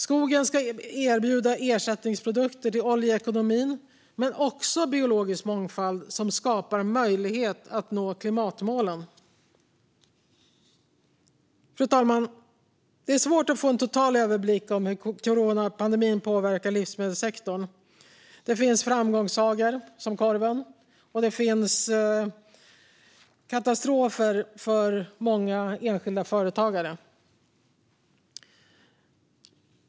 Skogen ska erbjuda ersättningsprodukter till oljeekonomin men också biologisk mångfald som skapar möjlighet att nå klimatmålen. Fru talman! Det är svårt att få total överblick över hur coronapandemin påverkar livsmedelssektorn. Det finns framgångssagor, som korven, och det finns katastrofer för många enskilda företagare.